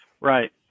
Right